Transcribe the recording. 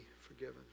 forgiven